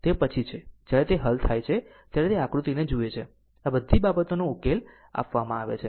તે પછી છે જ્યારે તે હલ થાય ત્યારે તે આકૃતિને જુઓ આ બધી બાબતોનો ઉકેલ આપવામાં આવે છે